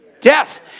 death